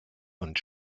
und